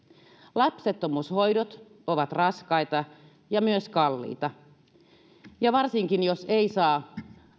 lapsettomuushoidot ovat raskaita ja myös kalliita varsinkin jos ei saa